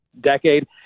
decade